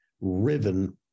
riven